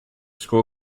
school